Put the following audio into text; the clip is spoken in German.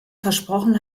versprochen